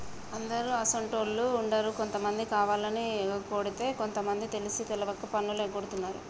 అందరు అసోంటోళ్ళు ఉండరు కొంతమంది కావాలని ఎగకొడితే కొంత మంది తెలిసి తెలవక పన్నులు ఎగగొడుతున్నారు